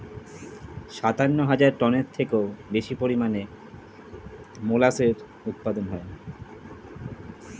সাতান্ন হাজার টনের থেকেও বেশি পরিমাণে মোলাসেসের উৎপাদন হয়